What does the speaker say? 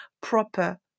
proper